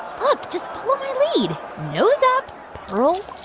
look just follow my lead. nose up, pearls